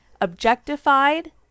objectified